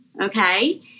Okay